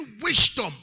wisdom